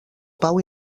pau